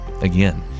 again